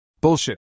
Bullshit